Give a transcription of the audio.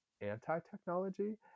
anti-technology